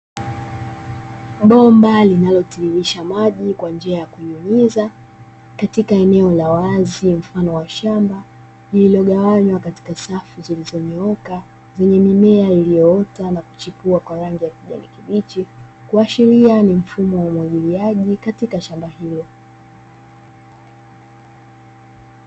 Bomba linalotiririsha maji kwa njia ya kunyunyiza katika eneo la wazi mfano wa shamba lililogawanywa katika safu zilizonyooka, zenye mimea iliyoota na kuchipua kwa rangi ya kijani kibichi; kuashiria ni mfumo wa umwagiliaji katika shamba hilo.